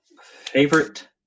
Favorite